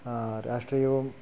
രാഷ്ട്രീയവും